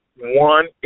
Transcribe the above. One